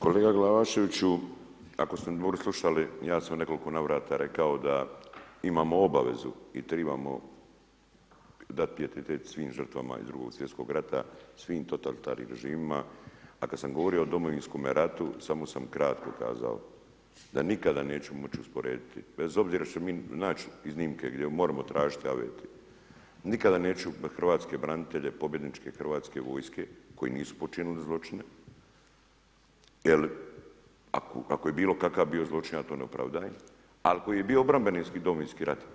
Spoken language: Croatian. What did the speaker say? Kolega Glavaševiću, ako ste me dobro slušali, ja sam u nekoliko navrata rekao da imamo obavezu i trebamo dati pijetet svim žrtvama iz II. svjetskog rata, svim totalitarnim režimima a kad sam govorio o Domovinskome ratu, samo sam kratko kazao, da nikada neću moći usporediti, bez obzira što ćemo mi naći iznimke, gdje moram tražiti ... hrvatske branitelje, pobjedničke hrvatske vojske, koji nisu počinili zločine jer ako je bio kakav zločin, ja to ne opravdavam ali koji je bio obrambeni Domovinski rat.